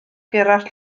gerallt